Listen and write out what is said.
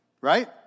right